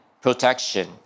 protection